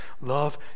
Love